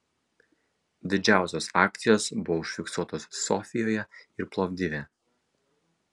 didžiausios akcijos buvo užfiksuotos sofijoje ir plovdive